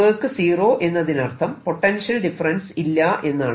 work zero എന്നതിനർത്ഥം potential difference ഇല്ല എന്നാണ്